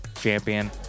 champion